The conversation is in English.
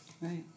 Right